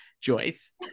Joyce